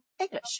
English